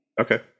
Okay